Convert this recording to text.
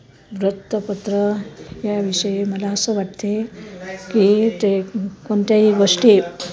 वृत्तपत्र या विषयी मला असं वाटते की ते कोणत्याही गोष्टी